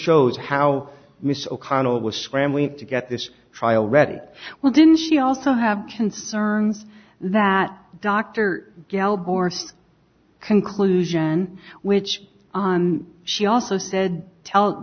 shows how mr o'connell was scrambling to get this trial ready well didn't she also have concerns that dr gail bore conclusion which on she also said tell